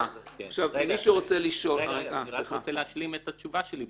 מי שרוצה לשאול -- אני רק רוצה להשלים את התשובה שלי,